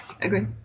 agree